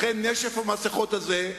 לכן, נשף המסכות הזה,